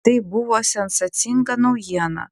tai buvo sensacinga naujiena